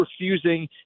refusing